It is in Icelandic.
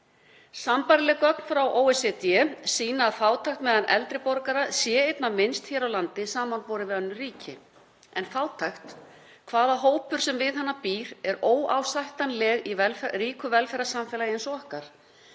Sambærileg gögn frá OECD sýna að fátækt meðal eldri borgara er einna minnst hér á landi samanborið við önnur ríki en fátækt, hvaða hópur sem við hana býr, er óásættanleg í ríku velferðarsamfélagi eins og okkar.